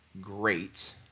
great